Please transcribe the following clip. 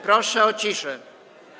Proszę o ciszę.